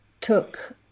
took